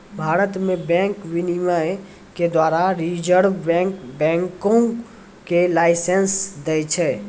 भारत मे बैंक विनियमन के द्वारा रिजर्व बैंक बैंको के लाइसेंस दै छै